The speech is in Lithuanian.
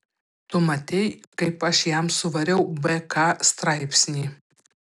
tu matei kaip aš jam suvariau bk straipsnį